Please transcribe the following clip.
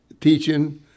teaching